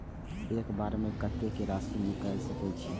एक बार में कतेक राशि निकाल सकेछी?